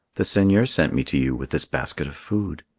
the seigneur sent me to you with this basket of food.